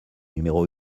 numéro